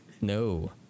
no